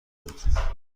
بود